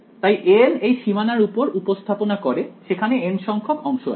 তাই an এই সীমানার উপর উপস্থাপনা করে সেখানে n সংখ্যক অংশ আছে